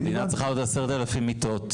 המדינה צריכה עוד 10 אלפים מיטות,